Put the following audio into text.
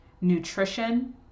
nutrition